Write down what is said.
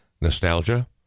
nostalgia